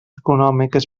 econòmiques